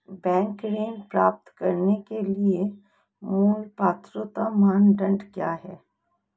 Bank ऋण प्राप्त करने के लिए मूल पात्रता मानदंड क्या हैं?